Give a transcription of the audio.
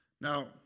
Now